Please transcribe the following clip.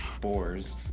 boars